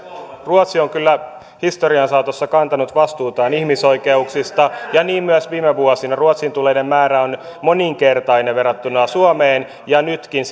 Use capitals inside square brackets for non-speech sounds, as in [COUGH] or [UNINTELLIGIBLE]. ruotsi on kyllä historian saatossa kantanut vastuutaan ihmisoikeuksista ja niin myös viime vuosina ruotsiin tulleiden määrä on moninkertainen verrattuna suomeen ja nytkin [UNINTELLIGIBLE]